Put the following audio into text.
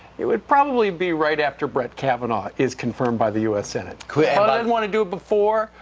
it would probably be right after brett kavanaugh, is confirmed by the us senate want to do it before,